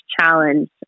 challenge